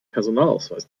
personalausweis